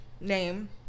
name